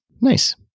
nice